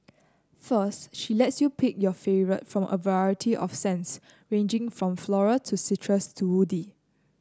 first she lets you pick your favourite from a variety of scents ranging from floral to citrus to woody